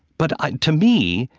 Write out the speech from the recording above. but ah to me,